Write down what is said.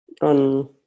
on